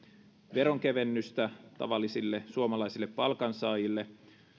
veronkevennystä tavallisille suomalaisille palkansaajille